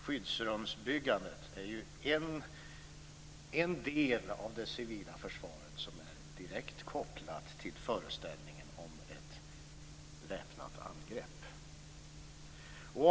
Skyddsrumsbyggandet är en del av det civila försvaret som är direkt kopplat till föreställningen om ett väpnat angrepp.